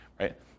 Right